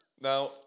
Now